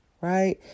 right